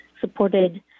supported